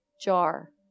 jar